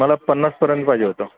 मला पन्नासपर्यंत पाहिजे होतं